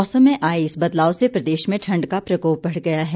मौसम में आए इस बदलाव से प्रदेश में ठंड का प्रकोप बढ़ गया है